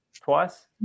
Twice